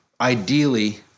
ideally